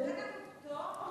לנו פטור,